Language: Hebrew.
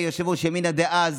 יושב-ראש ימינה דאז,